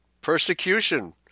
persecution